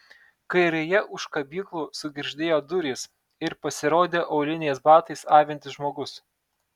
kairėje už kabyklų sugirgždėjo durys ir pasirodė auliniais batais avintis žmogus